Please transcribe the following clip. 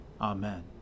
Amen